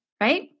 right